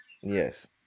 Yes